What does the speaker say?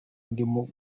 ndimo